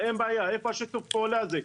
אין בעיה איפה שיתוף הפעולה הזה?